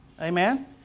Amen